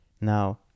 Now